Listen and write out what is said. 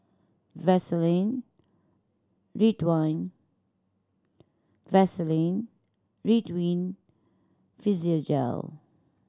Vaselin rid wine Vaselin Ridwind Physiogel